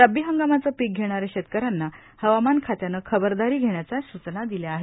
रब्बी हंगामाचे पीक घेणाऱ्या शेतकऱ्यांना हवामान खात्यानं खबरदारी घेण्याच्या सूचना दिल्या आहेत